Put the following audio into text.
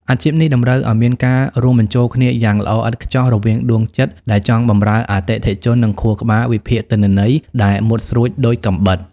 អាជីពនេះតម្រូវឱ្យមានការរួមបញ្ចូលគ្នាយ៉ាងល្អឥតខ្ចោះរវាងដួងចិត្តដែលចង់បម្រើអតិថិជន និងខួរក្បាលវិភាគទិន្នន័យដែលមុតស្រួចដូចកាំបិត។